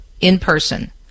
in-person